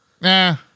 Nah